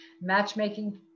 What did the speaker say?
matchmaking